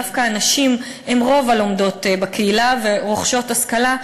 דווקא הנשים הן רוב הלומדות בקהילה ורוכשות השכלה,